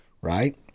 right